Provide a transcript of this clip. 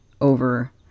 over